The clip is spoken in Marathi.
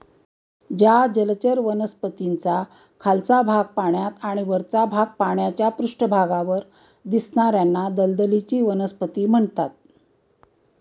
ज्या जलचर वनस्पतींचा खालचा भाग पाण्यात आणि वरचा भाग पाण्याच्या पृष्ठभागावर दिसणार्याना दलदलीची वनस्पती म्हणतात